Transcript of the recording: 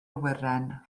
awyren